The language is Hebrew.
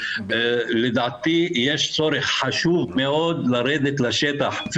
לדעתי יש צורך חשוב מאוד לרדת לשטח,